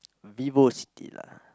VivoCity lah